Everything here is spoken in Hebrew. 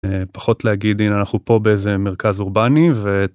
פחות להגיד הנה אנחנו פה באיזה מרכז אורבני ו...